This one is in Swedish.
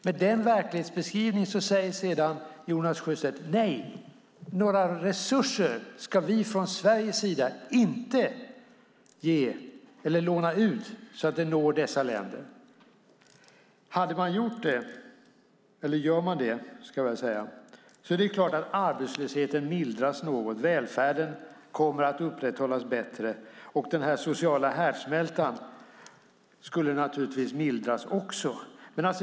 Med den verklighetsbeskrivningen säger Jonas Sjöstedt: Nej, vi ska inte låna ut några resurser så att de når dessa länder. Gör man det mildras arbetslösheten något, välfärden kommer att upprätthållas bättre och den sociala härdsmältan skulle naturligtvis också mildras.